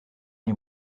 nie